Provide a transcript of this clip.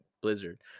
blizzard